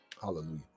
hallelujah